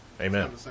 Amen